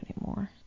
anymore